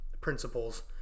principles